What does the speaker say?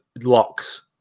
locks